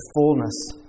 fullness